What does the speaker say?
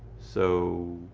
so,